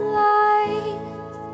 light